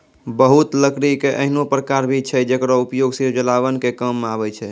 बहुत लकड़ी के ऐन्हों प्रकार भी छै जेकरो उपयोग सिर्फ जलावन के काम मॅ आवै छै